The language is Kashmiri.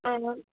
اَہن حٲز